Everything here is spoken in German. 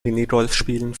minigolfspielen